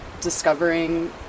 discovering